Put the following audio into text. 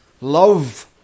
love